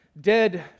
dead